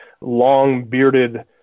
long-bearded